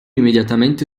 immediatamente